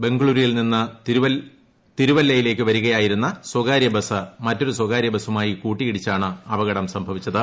ബംഗ്ളൂരിൽ നിന്ന് തിരുവല്ലയിലേക്ക് വരികയായിരുന്ന സ്വകാര്യ ബസ് ്മറ്റൊരു സ്വകാര്യ ബസുമായി് കൂട്ടിയിടിച്ചാണ് അപകടം സംഭവിച്ചത്